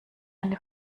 eine